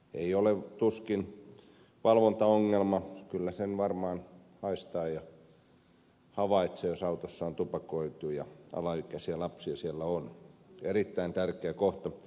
ei ole tuskin valvonta ongelma kyllä sen varmaan haistaa ja havaitsee jos autossa on tupakoitu ja alaikäisiä lapsia siellä on erittäin tärkeä kohta